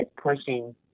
pushing